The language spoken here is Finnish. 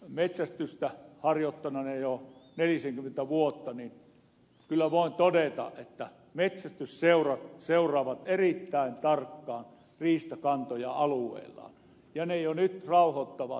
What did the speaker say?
metsästystä jo nelisenkymmentä vuotta harjoittaneena voin kyllä todeta että metsästysseurat seuraavat erittäin tarkkaan riistakantoja alueillaan ja ne jo nyt rauhoittavat hyvinkin herkästi